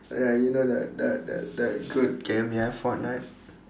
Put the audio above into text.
ya you know that that that that good game ya fortnite